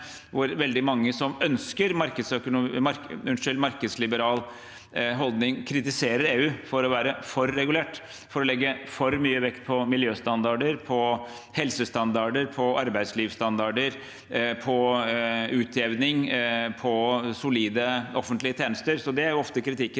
og veldig mange som ønsker en markedsliberal holdning, kritiserer EU for å være for regulert, for å legge for mye vekt på miljøstandarder, på helsestandarder, på arbeidslivsstandarder, på utjevning og på solide offentlige tje nester. Det er ofte kritikken